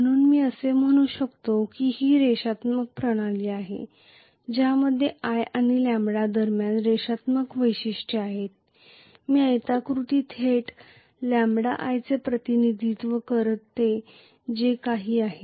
म्हणून मी असे म्हणू शकतो की ही रेषात्मक प्रणाली आहे ज्यामध्ये i आणि λ दरम्यान रेषात्मक वैशिष्ट्ये आहेत मी आयताकृती थेट λi चे प्रतिनिधित्व करते जे काही आहे